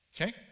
Okay